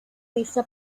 vista